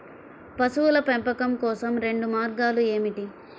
పశువుల పెంపకం కోసం రెండు మార్గాలు ఏమిటీ?